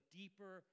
deeper